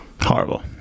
Horrible